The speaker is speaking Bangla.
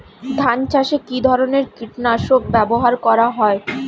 ধান চাষে কী ধরনের কীট নাশক ব্যাবহার করা হয়?